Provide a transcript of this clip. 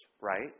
right